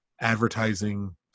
advertising